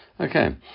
Okay